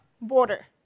border